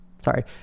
sorry